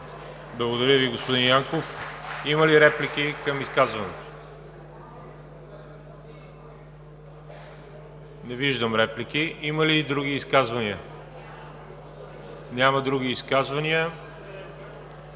Благодаря Ви, господин Янков. Има ли реплики към изказването? Не виждам. Има ли други изказвания? Няма. Прекратявам